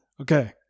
Okay